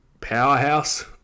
powerhouse